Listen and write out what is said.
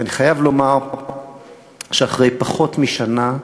ואני חייב לומר שאחרי פחות משנה,